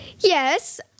Yes